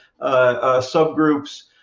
subgroups